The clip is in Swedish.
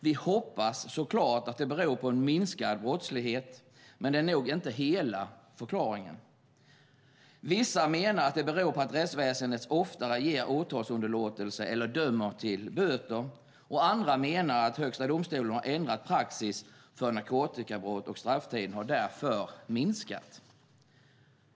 Vi hoppas såklart att det beror på en minskad brottlighet, men det är nog inte hela förklaringen. Vissa menar att det beror på att rättsväsendet oftare ger åtalsunderlåtelse eller dömer till böter. Andra menar att Högsta domstolen har ändrat praxis för narkotikabrott och att strafftiden därför har minskat.